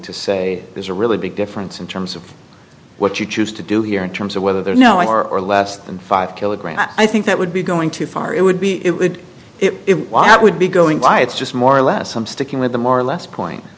to say there's a really big difference in terms of what you choose to do here in terms of whether they're no more or less than five kilograms i think that would be going too far it would be it would it while that would be going by it's just more or less i'm sticking with the more or less point